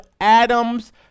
Adam's